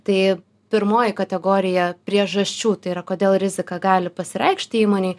tai pirmoji kategorija priežasčių tai yra kodėl rizika gali pasireikšti įmonėj